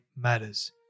matters